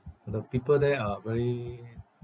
the people there are very